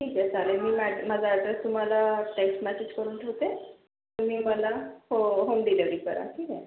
ठीक आहे चालेल मी मा माझा ॲड्रेस तुम्हाला टेक्स्ट मेसेज करून ठेवते तुम्ही मला हो होम डिलीवरी करा ठीक आहे